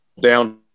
down